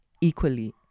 equally